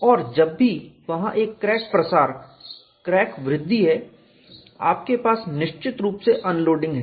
और जब भी वहां एक क्रैक प्रसार क्रैक वृद्धि है आपके पास निश्चित रूप से अनलोडिंग है